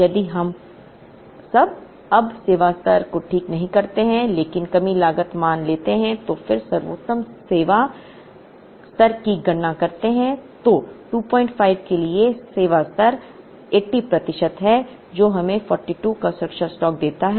यदि हम अब सेवा स्तर को ठीक नहीं करते हैं लेकिन कमी लागत मान लेते हैं और फिर सर्वोत्तम सेवा स्तर की गणना करते हैं तो 25 के लिए सेवा स्तर 80 प्रतिशत है जो हमें 42 का सुरक्षा स्टॉक देता है